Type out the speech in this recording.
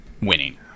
winning